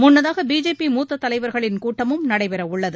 முன்னதாக பிஜேபி மூத்த தலைவர்களின் கூட்டமும் நடைபெற உள்ளது